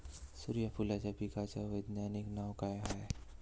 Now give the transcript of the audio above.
सुर्यफूलाच्या पिकाचं वैज्ञानिक नाव काय हाये?